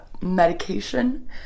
medication